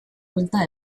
buelta